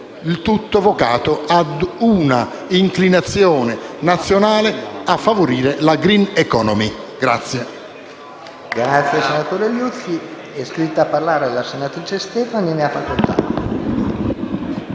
il tutto vocato ad una inclinazione nazionale a favorire la *green economy*.